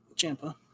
Champa